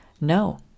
no